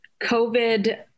COVID